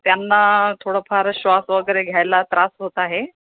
तर त्यांना थोडंफार श्वास वगैरे घ्यायला त्रास होत आहे